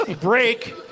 break